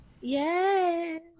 Yes